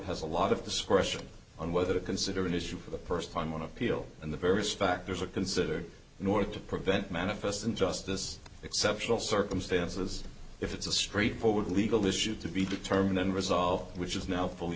has a lot of discretion on whether to consider an issue for the first time on appeal and the various factors are considered in order to prevent manifest injustice exceptional circumstances if it's a straightforward legal issue to be determined unresolved which is now fully